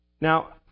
Now